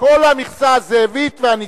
כל המכסה הזאבית והנסית.